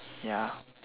ya